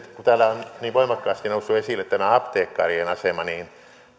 kun täällä on niin voimakkaasti noussut esille tämä apteekkarien asema niin